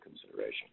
consideration